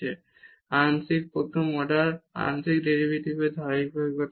এটি হল আংশিক প্রথম অর্ডার আংশিক ডেরিভেটিভের একটি ধারাবাহিকতা